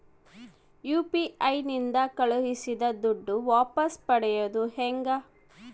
UPI ನಿಂದ ಕಳುಹಿಸಿದ ದುಡ್ಡು ವಾಪಸ್ ಪಡೆಯೋದು ಹೆಂಗ?